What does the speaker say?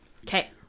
Okay